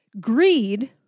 greed